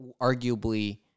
arguably